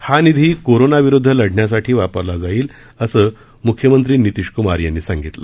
हा निधी कोरोना विरुद्ध लढण्यासाठी वापरला जाईल असं म्ख्यमंत्री नितीश कुमार यांनी सांगितलं